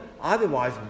otherwise